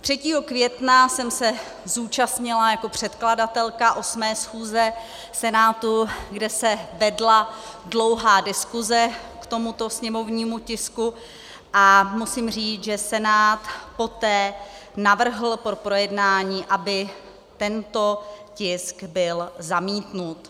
Třetího května jsem se zúčastnila jako předkladatelka 8. schůze Senátu, kde se vedla dlouhá diskuse k tomuto sněmovnímu tisku, a musím říct, že Senát poté navrhl, po projednání, aby tento tisk byl zamítnut.